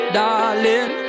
darling